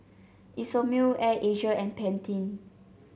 Isomil Air Asia and Pantene